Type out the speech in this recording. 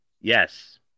Yes